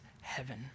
heaven